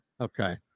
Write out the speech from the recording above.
Okay